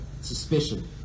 suspicion